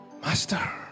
Master